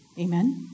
Amen